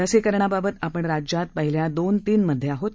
लसीकरणाबाबत आपण राज्यात पहिल्या दोन तीन मध्ये आहोत